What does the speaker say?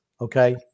okay